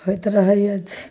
होइत रहै अछि